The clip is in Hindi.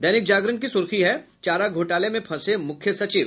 दैनिक जागरण की सुर्खी है चारा घोटाले में फंसे मुख्य सचिव